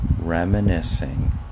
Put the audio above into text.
reminiscing